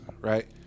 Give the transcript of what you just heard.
right